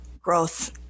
growth